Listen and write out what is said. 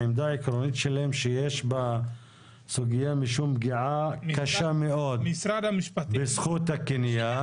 העמדה העקרונית שלהם שיש בסוגיה משום פגיעה קשה מאוד בזכות הקניין,